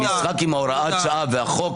המשחק עם הוראת השעה והחוק,